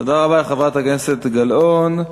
תודה רבה לחברת הכנסת גלאון.